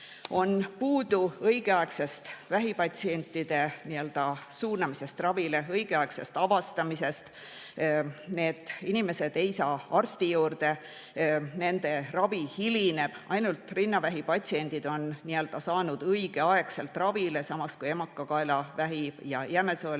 On puudu õigeaegsest vähipatsientide suunamisest ravile, õigeaegsest avastamisest, inimesed ei saa arsti juurde, nende ravi hilineb. Ainult rinnavähipatsiendid on saanud õigeaegselt ravile, samas kui emakakaelavähi ja jämesoolevähi